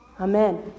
Amen